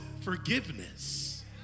forgiveness